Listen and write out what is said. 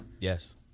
Yes